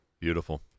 Beautiful